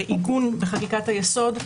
ועיגון בחקיקת היסוד,